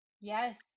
yes